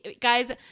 guys